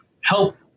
help